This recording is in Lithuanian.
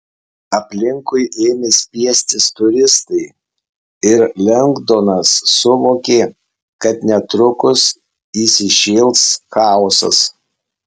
aplinkui ėmė spiestis turistai ir lengdonas suvokė kad netrukus įsišėls chaosas